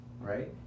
right